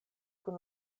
kun